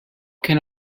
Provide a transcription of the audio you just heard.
can